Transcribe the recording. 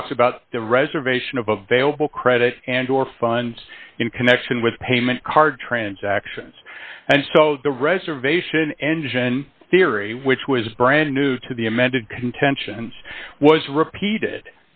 talked about the reservation of available credit and or funds in connection with payment card transactions and so the reservation engine theory which was brand new to the amended contentions was repeat